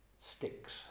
sticks